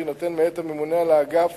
שיינתן מאת הממונה על האגף